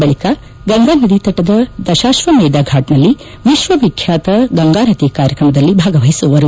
ಬಳಿಕ ಗಂಗಾ ನದಿಯ ತಟದ ದಶಾಶ್ಲಮೇಧ ಘಾಟ್ ನಲ್ಲಿ ವಿಶ್ವವಿಖ್ಯಾತ ಗಂಗಾರತಿ ಕಾರ್ಯಕ್ರಮದಲ್ಲಿ ಭಾಗವಹಿಸುವರು